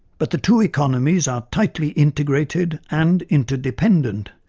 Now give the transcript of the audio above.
but the two economies are tightly integrated and interdependent,